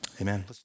Amen